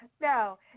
no